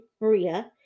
Maria